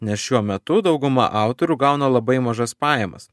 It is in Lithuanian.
nes šiuo metu dauguma autorių gauna labai mažas pajamas